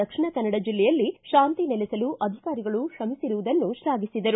ದಕ್ಷಿಣ ಕನ್ನಡ ಜಿಲ್ಲೆಯಲ್ಲಿ ಶಾಂತಿ ನೆಲೆಸಲು ಅಧಿಕಾರಿಗಳು ತ್ರಮಿಸಿರುವುದನ್ನು ಶ್ಲಾಘಿಸಿದರು